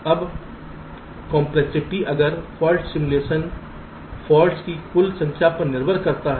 अब कंपलेक्सिटी अगर fault simulation faults की कुल संख्या पर निर्भर करता है